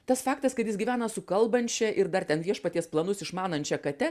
tas faktas kad jis gyvena su kalbančia ir dar ten viešpaties planus išmanančia kate